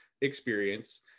experience